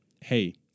hey